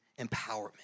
empowerment